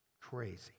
Crazy